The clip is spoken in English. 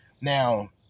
Now